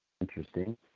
Interesting